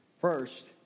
first